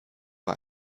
war